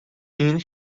این